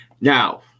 Now